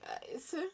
guys